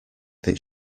that